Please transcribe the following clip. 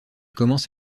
commence